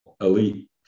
Elite